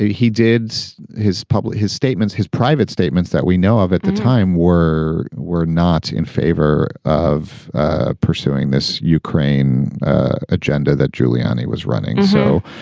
he did his public his statements, his private statements that we know of at the time were were not in favor of ah pursuing this ukraine agenda that giuliani was running so,